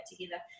together